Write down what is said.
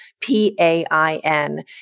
P-A-I-N